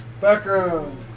Background